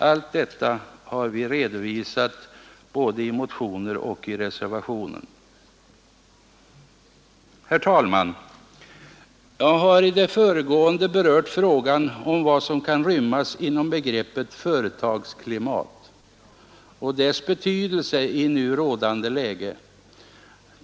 Allt detta har vi redovisat både i motioner och i reservationen. Herr talman! Jag har i det föregående berört frågan om vad som kan rymmas inom begreppet ”företagsklimat” och dess betydelse i nu rådande läge.